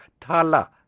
Tala